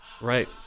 Right